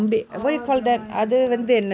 oh that [one] the